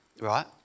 right